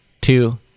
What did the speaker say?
two